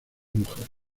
mujeres